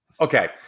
okay